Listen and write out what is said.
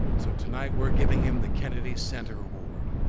so tonight we're giving him the kennedy center award.